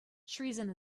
treason